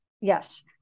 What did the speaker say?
Yes